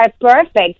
perfect